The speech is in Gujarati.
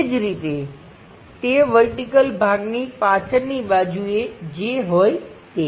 એ જ રીતે તે વર્ટિકલ ભાગની પાછળની બાજુએ જે હોય તે